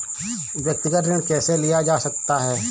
व्यक्तिगत ऋण कैसे लिया जा सकता है?